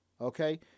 Okay